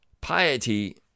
piety